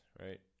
right